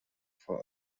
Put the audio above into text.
vor